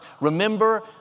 Remember